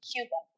Cuba